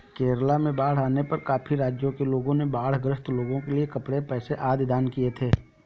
केरला में बाढ़ आने पर काफी राज्यों के लोगों ने बाढ़ ग्रस्त लोगों के लिए कपड़े, पैसे आदि दान किए थे